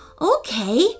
Okay